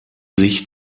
sich